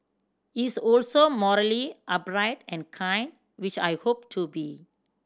he's also morally upright and kind which I hope to be